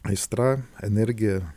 aistra energija